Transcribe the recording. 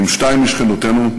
עם שתיים משכנותינו,